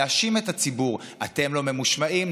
להאשים את הציבור: אתם לא ממושמעים,